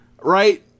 right